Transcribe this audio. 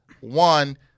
One